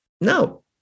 no